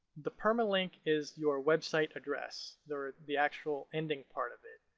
the permalink is your website address, the the actual ending part of it.